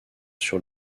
sur